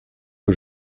que